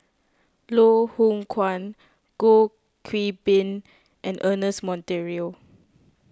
Loh Hoong Kwan Goh Qiu Bin and Ernest Monteiro